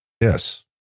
Yes